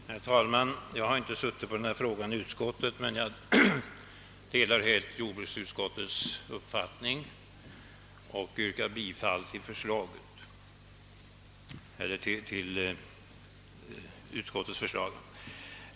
Herr talman! Jag har inte suttit på denna fråga i utskottet. Jag delar dock helt jordbruksutskottets uppfattning, och jag yrkar bifall till utskottets förslag.